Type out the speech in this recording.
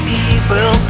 evil